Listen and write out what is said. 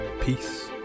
peace